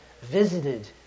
visited